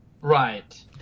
Right